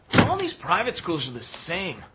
all these private schools are the same.